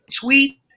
Tweet